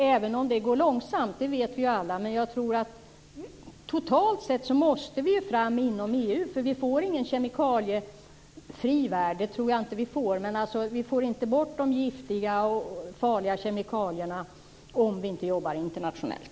Även om det går långsamt - det vet vi alla - tror jag att vi totalt sett måste fram inom EU. Jag tror nämligen inte att vi får någon kemikaliefri värld. Vi får inte bort de giftiga och farliga kemikalierna om vi inte jobbar internationellt.